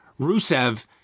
Rusev